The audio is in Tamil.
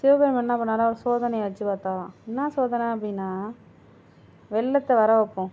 சிவபெருமான் என்ன பண்ணாராம் சோதனை வச்சு பார்த்தாராம் என்னா சோதனை அப்படினா வெள்ளத்தை வர வைப்போம்